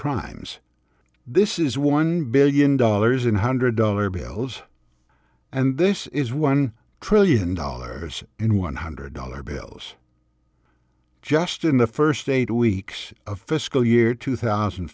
crimes this is one billion dollars in hundred dollar bills and this is one trillion dollars in one hundred dollar bills just in the first eight weeks of fiscal year two thousand